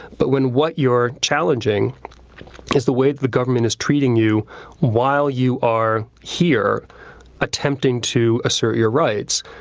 but when what you're challenging is the way that the government is treating you while you are here attempting to assert your rights,